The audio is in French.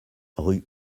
rue